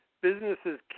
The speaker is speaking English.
businesses